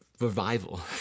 revival